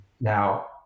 Now